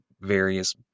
Various